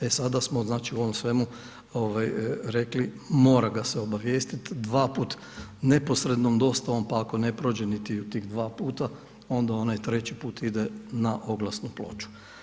E sada smo znači u ovom svemu rekli, mora ga se obavijestiti dva puta neposrednom dostavom pa ako ne prođe niti u tih dva puta onda onaj treći put ide na oglasnu ploču.